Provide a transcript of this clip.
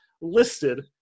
listed